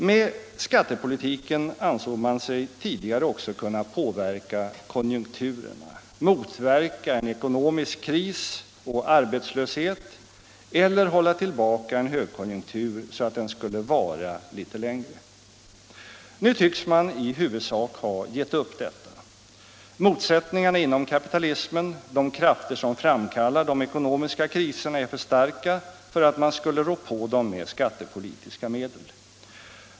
Med skattepolitiken ansåg man sig tidigare också kunna påverka konjunkturerna, motverka en ekonomisk kris och arbetslöshet eller hålla tillbaka en högkonjunktur så att den skulle vara litet längre. Nu tycks man i huvudsak ha gett upp detta. Motsättningarna inom kapitalismen, de krafter som framkallar de ekonomiska kriserna är för starka för att man skulle rå på dem med skattepolitiska medel.